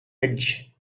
edge